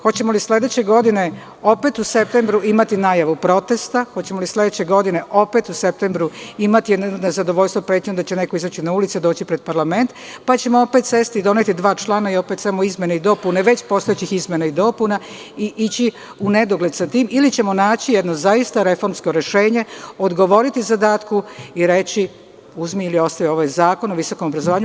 Hoćemo li sledeće godine opet u septembru mesecu imati najavu protesta, hoćemo li imati nezadovoljstvo pretnjom da će neko izaći na ulicu i doći pred parlament, pa ćemo opet sesti i doneti dva člana i opet samo izmene i dopune već postojećih izmena i dopuna i ići u nedogled sa tim ili ćemo naći jedno reformsko rešenje, odgovoriti zadatku i reći, uzmi ili ostavi, ovo je Zakon o visokom obrazovanju.